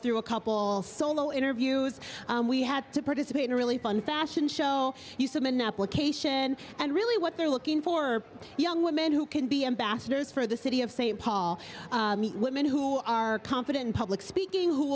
through a couple all solo interviews and we had to participate in a really fun fashion show use of an application and really what they're looking for young women who can be ambassadors for the city of st paul women who are competent in public speaking who